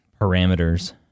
parameters